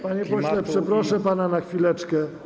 Panie pośle, przeproszę pana na chwileczkę.